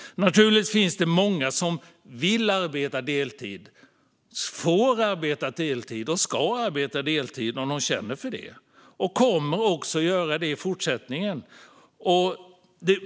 Naturligtvis finns det många som vill arbeta deltid. De får arbeta deltid och ska arbeta deltid om de känner för det, och de kommer att göra det också i fortsättningen.